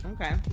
Okay